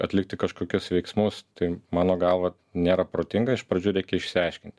atlikti kažkokius veiksmus tai mano galva nėra protinga iš pradžių reikia išsiaiškint